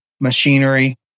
machinery